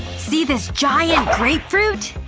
see this giant grapefruit?